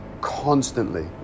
constantly